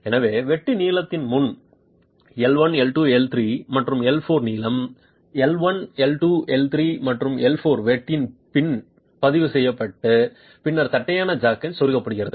எனவே வெட்டு நீளத்திற்கு முன் L 1 L 2 L 3 மற்றும் L 4 நீளம் L 1 L 2 L 3 மற்றும் L 4 வெட்டிய பின் பதிவு செய்யப்பட்டு பின்னர் தட்டையான ஜாக்கின் செருகப்படுகிறது